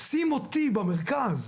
שים אותי במרכז.